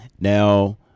Now